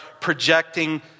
projecting